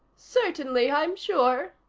certainly i'm sure,